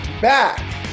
back